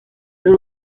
rero